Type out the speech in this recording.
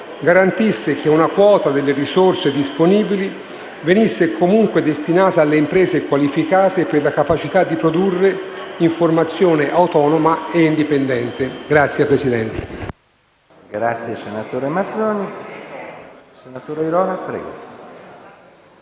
garantisse che una quota delle risorse disponibili venisse comunque destinata alle imprese qualificate per la capacità di produrre informazione autonoma e indipendente.